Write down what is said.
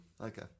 okay